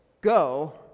Go